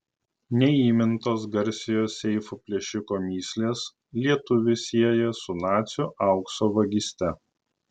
neįmintos garsiojo seifų plėšiko mįslės lietuvį sieja su nacių aukso vagyste